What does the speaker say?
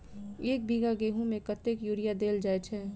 एक बीघा गेंहूँ मे कतेक यूरिया देल जाय छै?